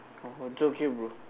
oh it's okay bro